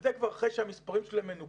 זה כבר אחרי שהמספרים שלהם מנוכים.